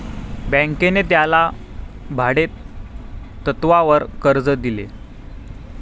बँकेने त्याला भाडेतत्वावर कर्ज दिले